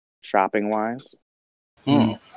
Shopping-wise